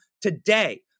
today